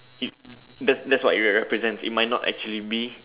it that that's what it represents it might not actually be